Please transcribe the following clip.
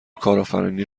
کارآفرینی